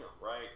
right